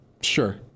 Sure